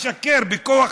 משקר בכוח,